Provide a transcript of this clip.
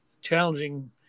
challenging